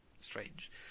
strange